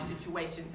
situations